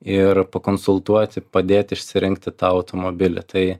ir pakonsultuoti padėti išsirinkti tą automobilį tai